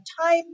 time